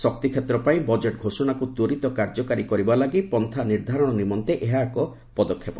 ଶକ୍ତିକ୍ଷେତ୍ର ପାଇଁ ବଜେଟ୍ ଘୋଷଣାକୁ ତ୍ୱରତ କାର୍ଯ୍ୟକାରୀ କରିବା ଲାଗି ପନ୍ଥା ନିର୍ଦ୍ଧାରଣ ନିମନ୍ତେ ଏହା ଏକ ପଦକ୍ଷେପ